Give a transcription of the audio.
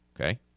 Okay